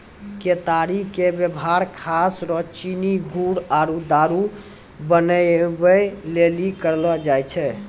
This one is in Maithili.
केतारी के वेवहार खास रो चीनी गुड़ आरु दारु बनबै लेली करलो जाय छै